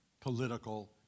political